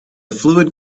fluid